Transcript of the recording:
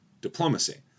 diplomacy